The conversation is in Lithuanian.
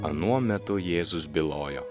anuo metu jėzus bylojo